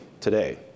today